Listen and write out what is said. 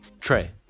Trey